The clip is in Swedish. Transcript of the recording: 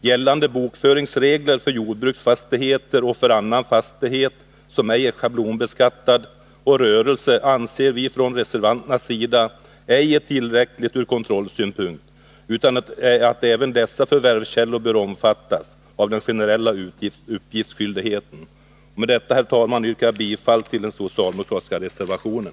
Gällande bokföringsregler för jordbruksfastighet och annan fastighet som ej är schablonbeskattad samt för rörelse anser vi reservanter ej vara tillräckliga ur kontrollsynpunkt, varför även dessa förvärvskällor bör omfattas av den generella uppgiftsskyldigheten. Med detta, herr talman, yrkar jag bifall till den socialdemokratiska reservationen.